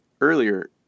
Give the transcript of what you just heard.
earlier